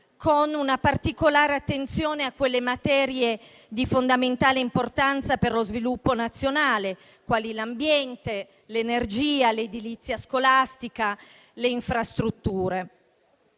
con una particolare attenzione alle materie di fondamentale importanza per lo sviluppo nazionale, quali l'ambiente, l'energia, l'edilizia scolastica e le infrastrutture.